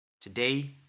Today